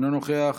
אינו נוכח,